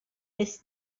est